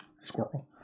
squirrel